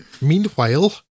Meanwhile